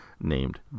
named